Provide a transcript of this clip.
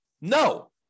No